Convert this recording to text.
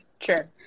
sure